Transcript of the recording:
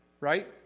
Right